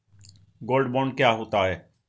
Gold bond क्या होता है?